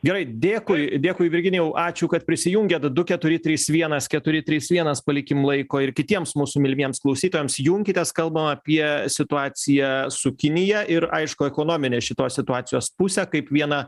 gerai dėkui dėkui virginijau ačiū kad prisijungėt du keturi trys vienas keturi trys vienas palikim laiko ir kitiems mūsų mylimiems klausytojams junkitės kalbam apie situaciją su kinija ir aišku ekonominę šitos situacijos pusę kaip vieną